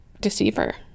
deceiver